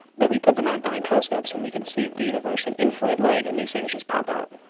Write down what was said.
but we put them um behind telescopes and we can see the universe in infrared light and these things just pop out.